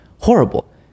Horrible